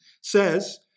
says